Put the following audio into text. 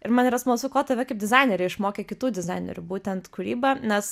ir man yra smalsu ko tave kaip dizainerę išmokė kitų dizainerių būtent kūryba nes